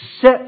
set